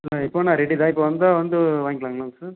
நான் எப்போ வேணுனா ரெடி தான் இப்போ வந்தால் வந்து வாங்கிக்கிலாங்களாங்க சார்